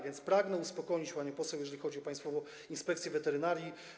Więc pragnę uspokoić panią poseł, jeżeli chodzi o państwową inspekcję weterynarii.